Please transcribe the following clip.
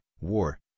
war